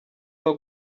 ngo